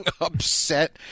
upset